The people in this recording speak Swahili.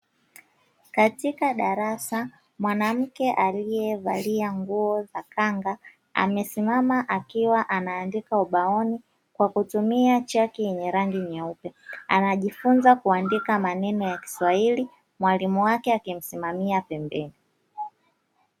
Katika darasa, mwanamke aliyevalia nguo za khanga. Amesimama akiwa anaandika ubaoni, kwa kutumia chaki yenye rangi nyeupe. Anajifunza kuandika maneno ya kiswahili mwalimu wake akimsimamia pembeni.